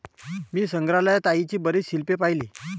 मी संग्रहालयात आईची बरीच शिल्पे पाहिली